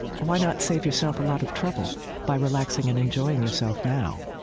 why not save yourself a lot of trouble by relaxing and enjoying yourself now?